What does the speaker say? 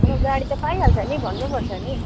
अब गाडी त पाइहाल्छ नि भन्नुपर्छ नि